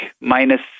minus